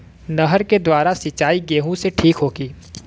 नहर के द्वारा सिंचाई गेहूँ के ठीक होखि?